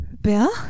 Bill